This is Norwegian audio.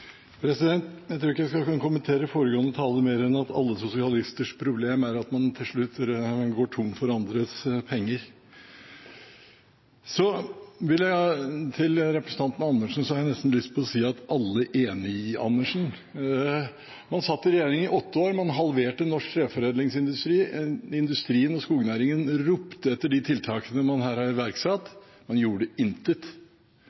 mer enn å si at alle sosialisters problem er at man til slutt går tom for andres penger. Til representanten Dag Terje Andersen har jeg nesten lyst til å si: alle enige, Andersen? Man satt i regjering i åtte år, man halverte norsk treforedlingsindustri, industrien og skognæringen ropte etter de tiltakene man her har iverksatt, men man gjorde intet.